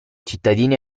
cittadini